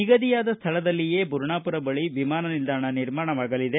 ನಿಗದಿಯಾದ ಸ್ಗಳದಲ್ಲಿಯೇ ಬುರುಣಾಪುರ ಬಳಿ ವಿಮಾನ ನಿಲ್ಲಾಣ ನಿರ್ಮಾಣವಾಗಲಿದೆ